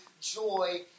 joy